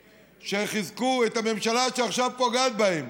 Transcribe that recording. שחיזקו את הממשלה שעכשיו פוגעת בהם.